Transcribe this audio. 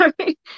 Sorry